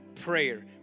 prayer